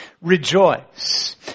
Rejoice